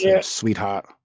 sweetheart